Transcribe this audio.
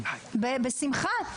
בשמחה.